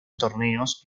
torneos